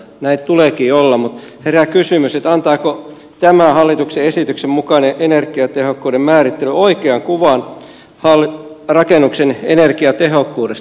näin tuleekin olla mutta herää kysymys antaako tämä hallituksen esityksen mukainen energiatehokkuuden määrittely oikean kuvan rakennuksen energiatehokkuudesta